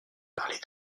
parler